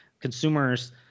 consumers